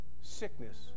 sickness